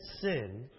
sin